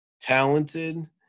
talented